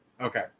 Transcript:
Okay